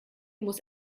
muss